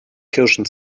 kirschen